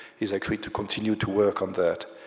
is actually to continue to work on that,